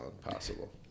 possible